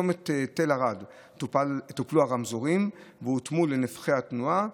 בצומת תל ערד טופלו הרמזורים והותאמו לנפחי התנועה.